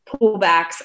pullbacks